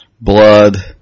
Blood